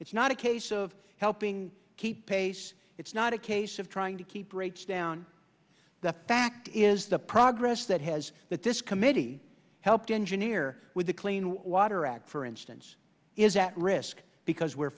it's not a case of helping keep pace it's not a case of trying to keep rates down the fact is the progress that has that this committee helped engineer with the clean water act for instance is at risk because we